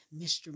Mr